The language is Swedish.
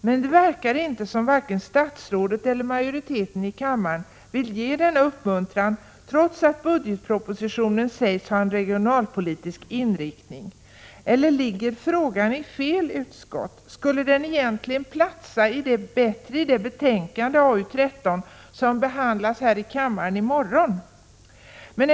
Men det verkar som om varken statsrådet eller majoriteten i kammaren vill ge denna uppmuntran trots att budgetpropositionen sades ha en regionalpolitisk inriktning. Eller, ligger frågan i fel utskott? Skulle den egentligen platsa bättre i det betänkande, AU:13, som behandlas här i kammaren i morgon?